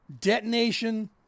detonation